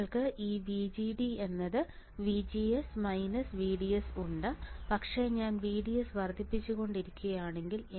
നിങ്ങൾക്ക് ഈ VGD VGS VDS ഉണ്ട് പക്ഷേ ഞാൻ VDS വർദ്ധിപ്പിച്ചുകൊണ്ടിരിക്കുകയാണെങ്കിൽ